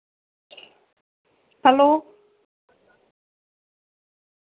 hello